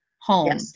home